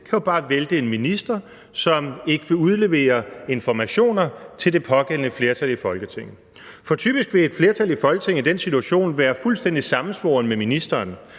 jo bare kan vælte en minister, som ikke vil udlevere informationer til det pågældende flertal i Folketinget. For typisk vil et flertal i Folketinget i den situation være fuldstændig sammensvorent med ministeren